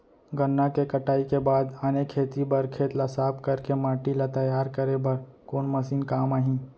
गन्ना के कटाई के बाद आने खेती बर खेत ला साफ कर के माटी ला तैयार करे बर कोन मशीन काम आही?